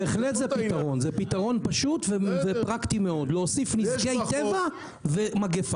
זה פתרון פשוט ופרקטי מאוד להוסיף נזקי טבע ומגפה.